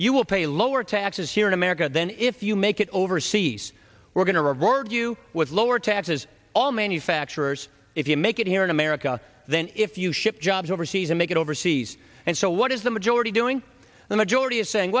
you will pay lower taxes here in america than if you make it overseas we're going to roared you with lower taxes all manufacturers if you make it here in america then if you ship jobs overseas and make it overseas and so what is the majority doing the majority is saying